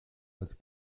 als